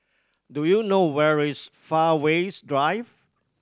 do you know where is Fairways Drive